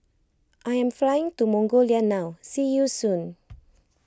I am flying to Mongolia now see you soon